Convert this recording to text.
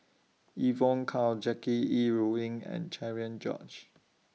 Evon Kow Jackie Yi Ru Ying and Cherian George